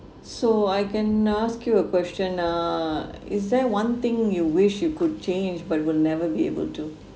so I can ask you a question err is there one thing you wish you could change but will never be able to